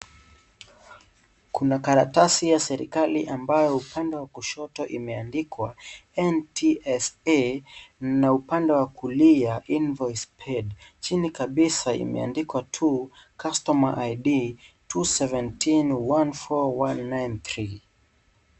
Kuna karatasi ya serikali ambao upande wa kushoto imeandikwa NTSA na upande wa kulia invoice paid chini kabisa imeandikwa 2 customer Id 21714193.